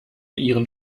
ihren